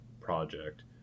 project